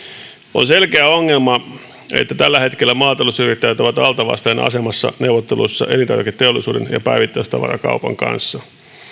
on selkeä ongelma että tällä hetkellä maatalousyrittäjät ovat altavastaajan asemassa neuvotteluissa elintarviketeollisuuden ja päivittäistavarakaupan kanssa